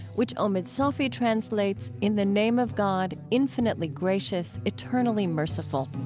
which omid safi translates in the name of god, infinitely gracious, eternally merciful